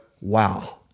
wow